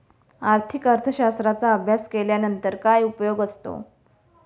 आर्थिक अर्थशास्त्राचा अभ्यास केल्यानंतर काय उपयोग असतो?